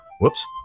Whoops